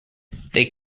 they